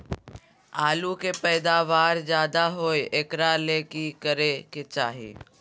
आलु के पैदावार ज्यादा होय एकरा ले की करे के चाही?